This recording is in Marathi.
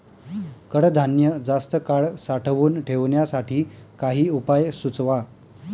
कडधान्य जास्त काळ साठवून ठेवण्यासाठी काही उपाय सुचवा?